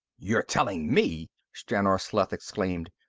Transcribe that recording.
you're telling me! stranor sleth exclaimed.